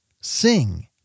Sing